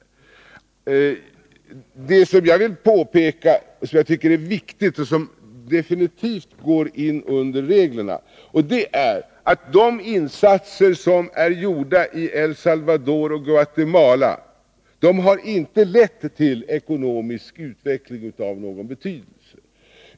i El Salvador och Något som jag tycker är viktigt, och som definitivt går in under reglerna, är att de insatser som gjorts i El Salvador och Guatemala inte har lett till ekonomisk utveckling av någon betydelse.